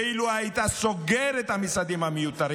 ואילו היית סוגר את המשרדים המיותרים,